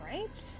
Right